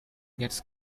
gets